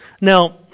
Now